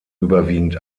überwiegend